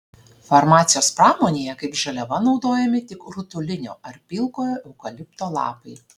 farmacijos pramonėje kaip žaliava naudojami tik rutulinio ar pilkojo eukalipto lapai